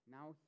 Now